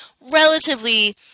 relatively